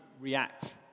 react